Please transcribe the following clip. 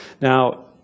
Now